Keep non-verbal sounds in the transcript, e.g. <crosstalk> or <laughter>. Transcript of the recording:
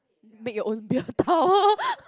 make your own beer tower <laughs>